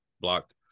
blocked